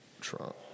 Trump